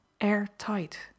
air-tight